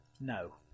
no